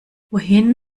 wohin